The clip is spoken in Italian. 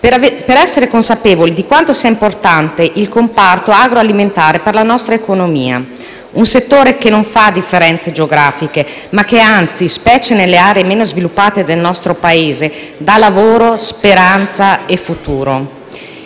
per essere consapevoli di quanto sia importante il comparto agroalimentare per la nostra economia; un settore che non fa differenze geografiche ma che, anzi, specie nelle aree meno sviluppate del nostro Paese, dà lavoro, speranza e futuro.